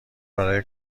برای